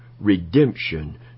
redemption